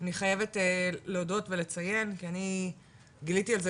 חייבת להודות ולציין, כי אני גיליתי על זה